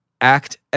act